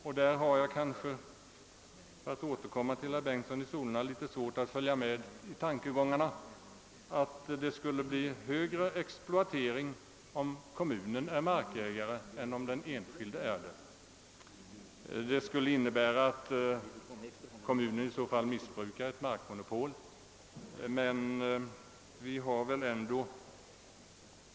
För att återkomma till herr Bengtson i Solna måste jag säga, att jag har litet svårt att följa med i tankegångarna om att det skulle bli högre exploatering om kommunen vore markägare än om den enskilde är det. Det skulle innebära att kommunen i så fall missbrukar ett markmonopol.